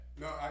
No